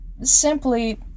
simply